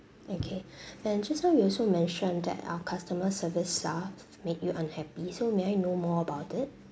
okay and just now you also mentioned that our customer service staff make you unhappy so may I know more about it